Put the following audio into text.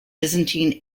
byzantine